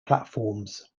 platforms